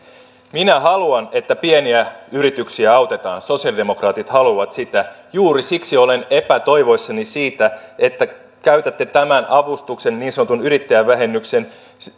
minä haluan että pieniä yrityksiä autetaan sosialidemokraatit haluavat sitä juuri siksi olen epätoivoissani siitä että käytätte tämän avustuksen niin sanotun yrittäjävähennyksen